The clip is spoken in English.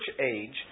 Age